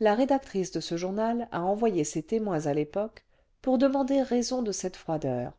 la rédactrice de ce journal a envoyé ses témoins à yepoque pour demander raison cle cette froideur